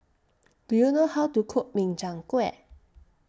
Do YOU know How to Cook Min Chiang Kueh